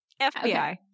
FBI